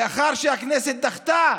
לאחר שהכנסת דחתה